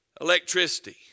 electricity